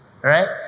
Right